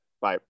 Bye